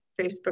Facebook